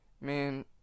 Man